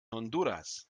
honduras